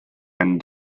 and